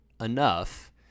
enough